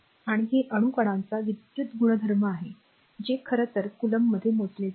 आणि हे अणू कणांचा विद्युत गुणधर्म आहे जे खरंतर कोलोम्ब मध्ये मोजले जाते